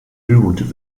blut